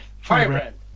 Firebrand